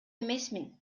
эмесмин